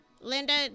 Linda